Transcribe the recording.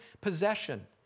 possession